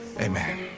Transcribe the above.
Amen